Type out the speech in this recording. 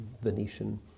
Venetian